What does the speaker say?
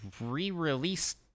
re-release